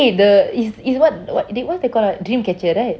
eh the is is what they what's that called ah dreamcatcher right